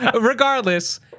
Regardless